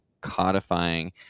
codifying